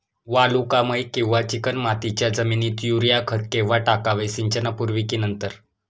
वालुकामय किंवा चिकणमातीच्या जमिनीत युरिया खत केव्हा टाकावे, सिंचनापूर्वी की नंतर?